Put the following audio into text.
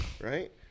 Right